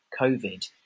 COVID